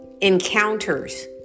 encounters